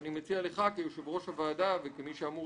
אני מציע לך כיושב-ראש הוועדה וכמי שאמור